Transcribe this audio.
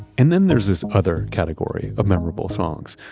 and then there's this other category of memorable songs.